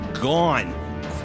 gone